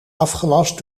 afgelast